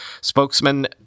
spokesman